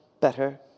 better